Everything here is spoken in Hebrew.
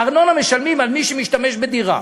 ארנונה משלמים על השימוש בדירה.